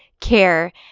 care